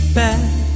back